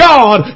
God